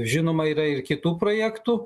žinoma yra ir kitų projektų